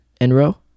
Enro